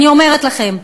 אני אומרת לכם,